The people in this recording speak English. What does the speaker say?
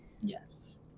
Yes